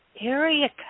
area